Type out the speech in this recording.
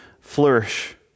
flourish